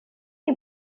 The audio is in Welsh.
ein